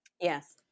Yes